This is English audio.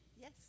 yes